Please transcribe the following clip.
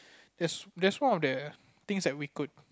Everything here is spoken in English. there's there's one of the things we could